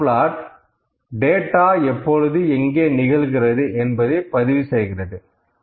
dot plot data எப்பொழுது எங்கே நிகழ்கிறது என்பதை பதிவு செய்கிறது